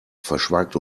verschweigt